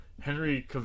Henry